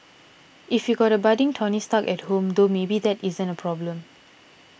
if you got a budding Tony Stark at home though maybe that isn't a problem